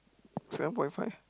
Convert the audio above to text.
seven point five